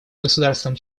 государствам